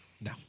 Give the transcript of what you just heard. No